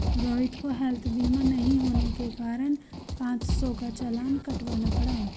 रोहित को हैल्थ बीमा नहीं होने के कारण पाँच सौ का चालान कटवाना पड़ा